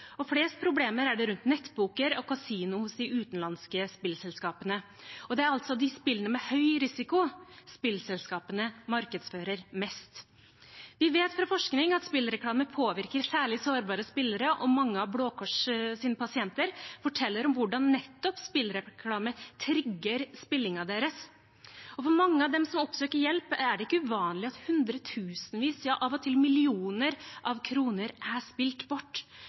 Flest problemer er det rundt nettpoker og kasino hos de utenlandske spillselskapene. Det er altså spillene med høy risiko spillselskapene markedsfører mest. Vi vet fra forskning at spillreklame påvirker særlig sårbare spillere, og mange av Blå Kors’ pasienter forteller om hvordan nettopp spillreklame trigger spillingen deres. For mange av dem som oppsøker hjelp, er det ikke uvanlig at hundretusenvis av kroner, av og til millioner, er spilt bort.